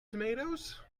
tomatoes